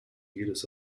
jedes